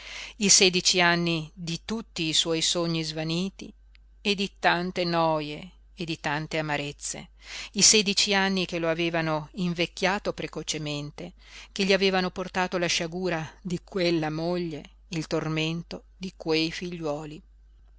i sedici anni di tutti i suoi sogni svaniti e di tante noje e di tante amarezze i sedici anni che lo avevano invecchiato precocemente che gli avevano portato la sciagura di quella moglie il tormento di quei figliuoli